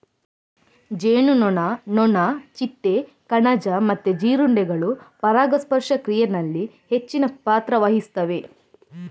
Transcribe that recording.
ಜೇನುನೊಣ, ನೊಣ, ಚಿಟ್ಟೆ, ಕಣಜ ಮತ್ತೆ ಜೀರುಂಡೆಗಳು ಪರಾಗಸ್ಪರ್ಶ ಕ್ರಿಯೆನಲ್ಲಿ ಹೆಚ್ಚಿನ ಪಾತ್ರ ವಹಿಸ್ತವೆ